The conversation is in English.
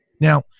Now